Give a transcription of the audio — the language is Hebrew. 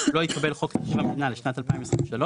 לא התקבל חוק תקציב המדינה לשנת 2023,